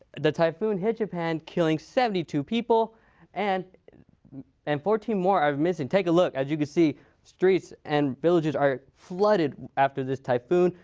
the typhoon hit japan killing seventy two people and and fourteen more i've missed and take a look as you can see streets and villages are flooded after this typhoon.